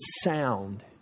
sound